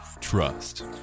trust